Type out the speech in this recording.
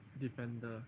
defender